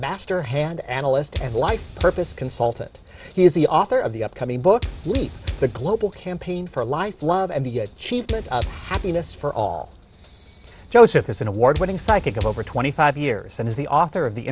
master hand analyst and life purpose consultant he is the author of the upcoming book eat the global campaign for life love and the cheap to happiness for all it's joseph is an award winning psychic of over twenty five years and is the author of the